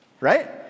Right